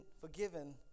forgiven